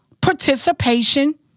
participation